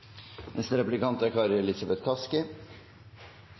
Neste replikant er